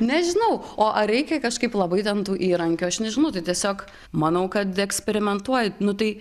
nežinau o ar reikia kažkaip labai ten tų įrankių aš nežinau tai tiesiog manau kad eksperimentuoji nu tai